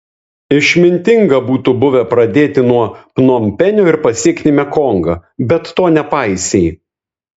išmintinga būtų buvę pradėti nuo pnompenio ir pasiekti mekongą bet to nepaisei